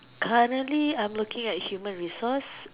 currently I'm looking at human resource